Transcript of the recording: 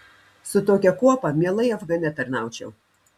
su tokia kuopa mielai afgane tarnaučiau